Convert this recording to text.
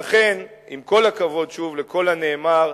לכן, עם כל הכבוד שוב לכל הנאמר,